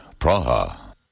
Praha